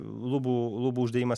lubų lubų uždėjimas